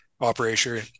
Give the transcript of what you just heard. operation